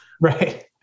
Right